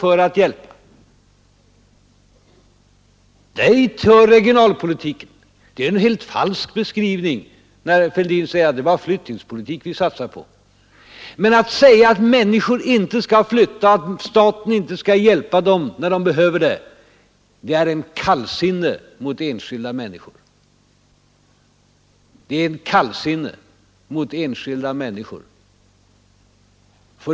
Dit hör regionalpolitiken. Det är en helt falsk beskrivning när herr Fälldin säger att det är bara flyttningspolitik vi satsar på. De stora pengarna satsar vi på regional politiken. Men att säga att människor inte skall flytta, att staten inte skall hjälpa människor när de behöver hjälp kallsinne mot enskilda människor.